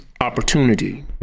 opportunity